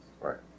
Right